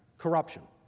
corruption,